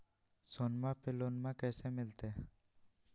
सोनमा पे लोनमा कैसे मिलते?